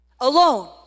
alone